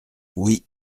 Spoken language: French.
oui